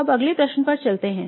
अब अगले प्रश्न पर चलते हैं